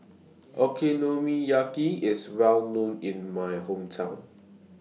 Okonomiyaki IS Well known in My Hometown